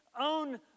own